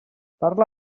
parla